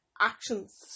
actions